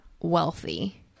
wealthy